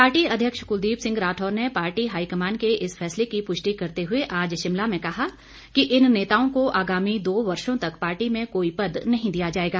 party अध्यक्ष कुलदीप सिंह राठौर ने party high command के इस फैसले की पुष्टि करते हुए आज शिमला में कहा कि इन नेताओं को आगामी दो वर्षो तक पार्टी में कोई पद नहीं दिया जाएगा